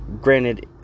Granted